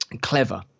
clever